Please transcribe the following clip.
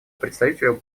представителю